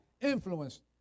influenced